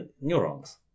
neurons